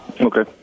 Okay